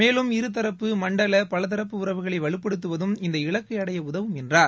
மேலும் இருதரப்பு மண்டல பலதரப்பு உறவுகளை வலுப்படுத்துவதும் இஇந்த இலக்கை அடைய உதவும் என்றார்